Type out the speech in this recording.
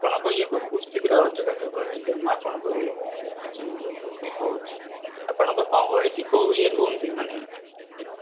ଆପଣଙ୍କ ଇଏକୁ ଖୁବ୍ ଶୀଘ୍ର ଯୋଗାଯୋଗ ହେଇଯିବ ମୁଁ ଆପଣଙ୍କୁ କିଛି ସମୟ ପରେ କହୁଛି ଆପଣଙ୍କର କ'ଣ କ'ଣ ହେଇଛି କେଉଁ ଇଏରୁ କହୁଛନ୍ତି ମାନେ ଇଏରୁ